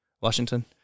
Washington